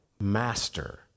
master